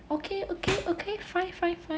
okay okay okay fine fine fine